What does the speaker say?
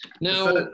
now